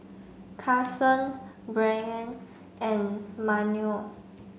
Karson Brynn and Manuel